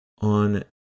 On